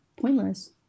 pointless